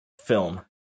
film